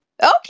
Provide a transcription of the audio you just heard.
Okay